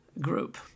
group